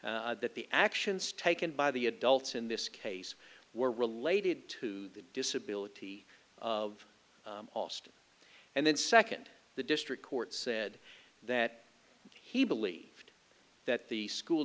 that the actions taken by the adults in this case were related to the disability of austin and then second the district court said that he believed that the school